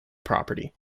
property